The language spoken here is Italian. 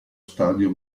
stadio